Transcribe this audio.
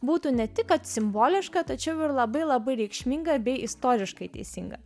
būtų ne tik kad simboliška tačiau ir labai labai reikšminga bei istoriškai teisinga